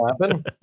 happen